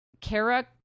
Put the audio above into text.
Kara